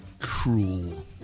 cruel